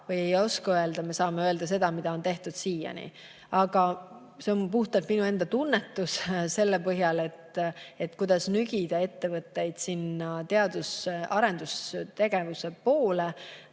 või ei oska öelda, me saame öelda seda, mida on tehtud siiani. Aga see on puhtalt minu enda tunnetus, kuidas nügida ettevõtteid sinna teadus- ja arendustegevuse poole